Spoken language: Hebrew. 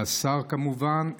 והשר כמובן,